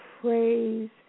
praise